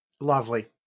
Lovely